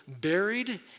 buried